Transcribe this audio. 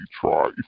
try